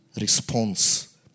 response